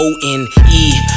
O-N-E